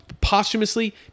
Posthumously